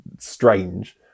strange